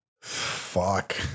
Fuck